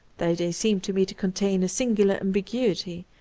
though they seem to me to contain a singular am biguity,